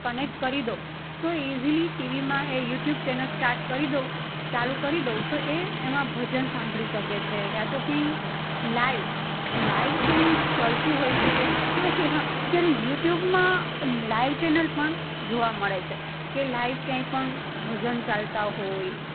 connect કરી દઉં તો ઇઝીલી ટીવીમાં એ યુટ્યુબ ચેનલ્સ સ્ટાર્ટ કરી દઉં ચાલુ કરી દઉં તો એ એમાં ભજન સાંભળી શકે છે યા તો ક્યાંય લાઈવ લાઈવ ક્યાંય ચાલતું હોય છે કે ઓકે હા અત્યારે યુટ્યુબમાં લાઈવ ચેનલ પણ જોવા મળે છે કે લાઈવ ક્યાંય પણ ભજન ચાલતા હોય